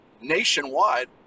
nationwide